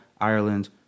Ireland